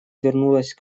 вернулась